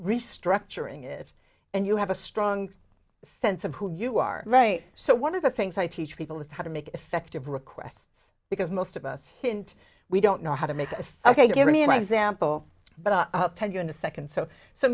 restructuring it and you have a strong sense of who you are right so one of the things i teach people is how to make effective requests because most of us didn't we don't know how to make a five k give me an example but i'll tell you in a second so so